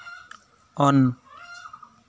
on